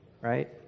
right